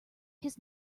his